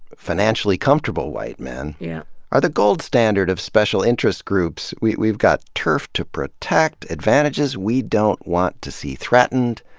financially comfortable white men yeah are the gold standard of special interest groups. we've we've got turf to protect, advantages we don't want to see threatened,